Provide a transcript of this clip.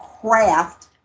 craft